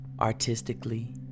artistically